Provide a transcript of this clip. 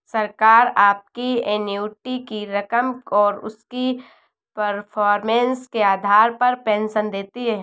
सरकार आपकी एन्युटी की रकम और उसकी परफॉर्मेंस के आधार पर पेंशन देती है